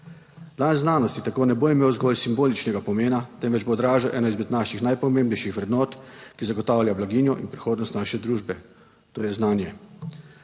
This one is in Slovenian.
Dan znanosti tako ne bo imel zgolj simboličnega pomena, temveč bo odražal eno izmed naših najpomembnejših vrednot, ki zagotavlja blaginjo in prihodnost naše družbe, to je znanje.